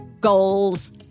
goals